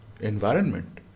environment